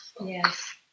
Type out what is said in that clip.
Yes